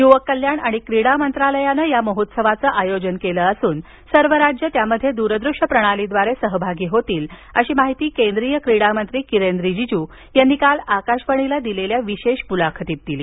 युवक कल्याण आणि क्रीडा मंत्रालयानं या महोत्सवाचं आयोजन केलं असून सर्व राज्यं त्यामध्ये दूरदृश्य प्रणालीद्वारे सहभागी होतील अशी माहिती केंद्रीय क्रीडा मंत्री किरेन रिजीजू यांनी काल आकाशवाणीला दिलेल्या विशेष मुलाखतीत दिली